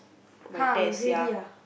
my tests yea